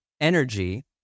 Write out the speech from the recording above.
energy